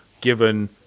given